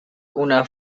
una